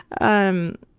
um,